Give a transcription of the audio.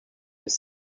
his